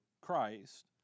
Christ